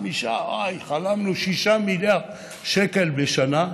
5, חלמנו על 6 מיליארד שקל בשנה,